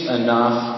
enough